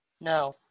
No